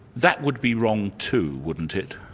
that would be wrong too, wouldn't it?